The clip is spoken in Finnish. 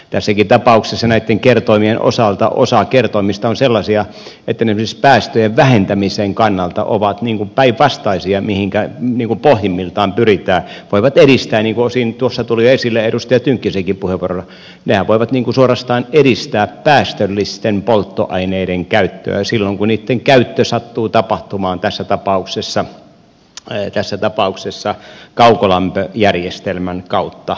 tässäkin tapauksessa näitten kertoimien osalta osa kertoimista on sellaisia että ne esimerkiksi päästöjen vähentämisen kannalta ovat päinvastaisia kuin mihinkä pohjimmiltaan pyritään ja niin kuin tuossa tuli jo esille edustaja tynkkysenkin puheenvuorossa nehän voivat suorastaan edistää päästöllisten polttoaineiden käyttöä silloin kun niitten käyttö sattuu tapahtumaan tässä tapauksessa kaukolämpöjärjestelmän kautta